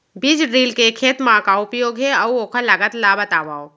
बीज ड्रिल के खेत मा का उपयोग हे, अऊ ओखर लागत ला बतावव?